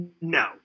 No